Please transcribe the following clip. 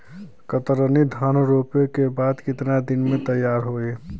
कतरनी धान रोपे के बाद कितना दिन में तैयार होई?